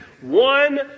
one